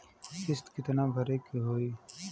किस्त कितना भरे के होइ?